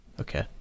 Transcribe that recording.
Okay